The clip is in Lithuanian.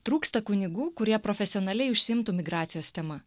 trūksta kunigų kurie profesionaliai užsiimtų migracijos tema